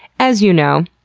as you know,